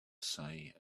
say